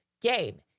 game